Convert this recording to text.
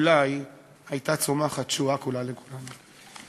אולי הייתה צומחת תשועה גדולה לכולנו.